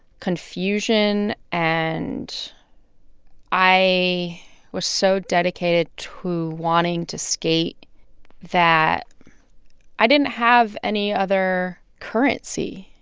confusion. and i was so dedicated to wanting to skate that i didn't have any other currency,